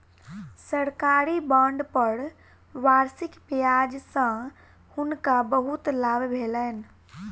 सरकारी बांड पर वार्षिक ब्याज सॅ हुनका बहुत लाभ भेलैन